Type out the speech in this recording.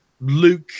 luke